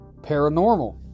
paranormal